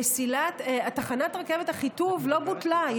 תחנת רכבת אחיטוב לא בוטלה,